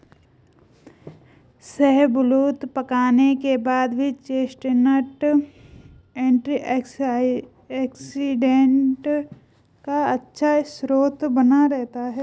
शाहबलूत पकाने के बाद भी चेस्टनट एंटीऑक्सीडेंट का अच्छा स्रोत बना रहता है